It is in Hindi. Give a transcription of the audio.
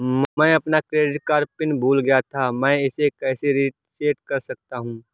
मैं अपना क्रेडिट कार्ड पिन भूल गया था मैं इसे कैसे रीसेट कर सकता हूँ?